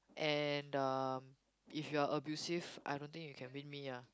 and the if you are abusive I don't think you can win me ah